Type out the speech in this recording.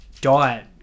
diet